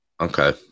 Okay